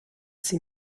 sie